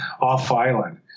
off-island